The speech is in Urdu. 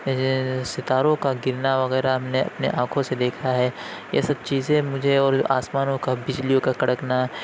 ستاروں کا گرنا وغیرہ ہم نے اپنے آنکھوں سے دیکھا ہے یہ سب چیزیں مجھے اور آسمانوں کا بجلیوں کا کڑکنا